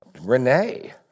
Renee